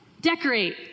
Decorate